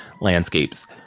landscapes